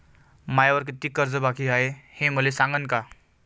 मायावर कितीक कर्ज बाकी हाय, हे मले सांगान का?